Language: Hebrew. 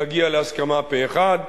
להגיע להסכמה פה-אחד,